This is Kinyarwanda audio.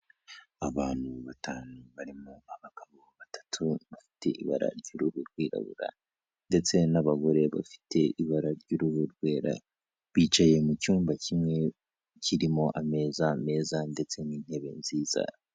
Abantu batanu barimo abagabo batatu bafite ibara ry'uruhu rwirabura ndetse n'abagore bafite ibara ry'uruhu rwera, bicaye mu cyumba kimwe kirimo ameza meza ndetse n'intebe nziza.